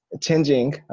changing